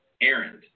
errand